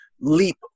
leap